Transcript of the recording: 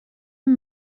amb